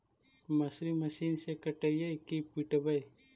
मसुरी मशिन से कटइयै कि पिटबै?